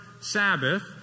Sabbath